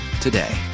today